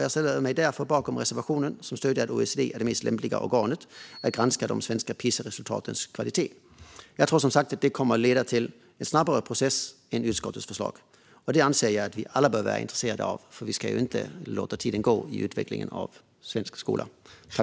Jag ställer mig därför bakom reservationen, som stöder att OECD är det mest lämpliga organet att granska de svenska PISA-resultatens kvalitet. Jag tror som sagt att det kommer att leda till en snabbare process än utskottets förslag. Det anser jag att vi alla bör vara intresserade av - vi ska ju inte låta tiden gå i utvecklingen av svensk skola.